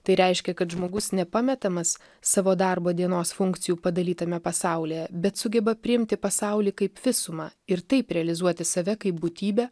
tai reiškia kad žmogus nepametamas savo darbo dienos funkcijų padalytame pasaulyje bet sugeba priimti pasaulį kaip visumą ir taip realizuoti save kaip būtybę